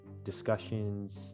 discussions